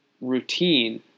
routine